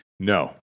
No